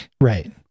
right